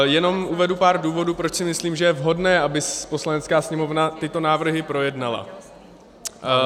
Jenom uvedu pár důvodů, proč si myslím, že je vhodné, aby Poslanecká sněmovna tyto návrhy projednala.